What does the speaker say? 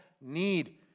need